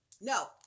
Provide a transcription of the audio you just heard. No